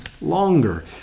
longer